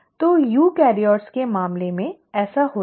तो यूकेरियोट्स के मामले में ऐसा होता है